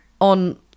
on